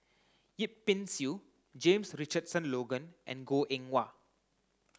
Yip Pin Xiu James Richardson Logan and Goh Eng Wah